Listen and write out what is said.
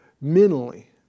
mentally